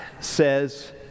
says